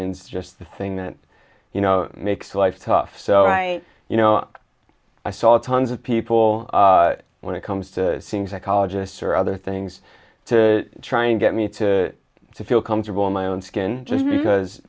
in just the thing that you know makes life tough so i you know i saw tons of people when it comes to seeing psychologists or other things to try and get me to feel comfortable in my own skin